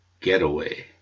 getaway